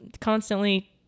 constantly